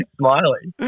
smiling